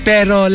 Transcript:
Pero